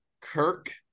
Kirk